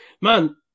Man